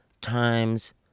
times